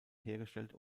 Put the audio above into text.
hergestellt